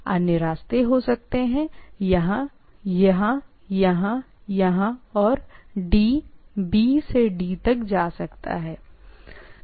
या अन्य रास्ते हो सकते हैं यह ठीक है यह यहां यहां यहां और D दाएं B से D